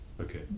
Okay